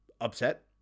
upset